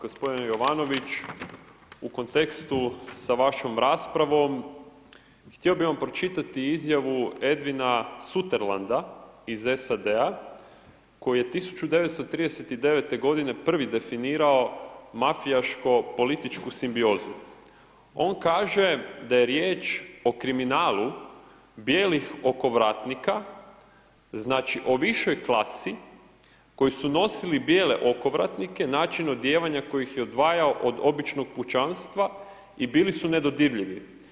Gospodine Jovanović, u kontekstu sa vašom raspravom, htio bi vam pročitati izjavu Edvina Suterlanda iz SAD-a, koji je 1939. g. prvi definirao mafijaško političku simbiozu, on kaže da je riječ o kriminalu bijelih okovratnika, znači o višoj klasi, koji su nosili bijele okovratnike, načinu odjevanju, koji ih je odvajao od običnog pučanstva i bili su nedodirljivi.